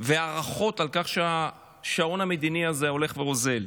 והערכות על כך שהשעון המדיני הזה הולך ואוזל.